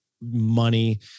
money